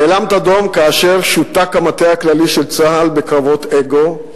נאלמת דום כאשר שותק המטה הכללי של צה"ל בקרבות אגו,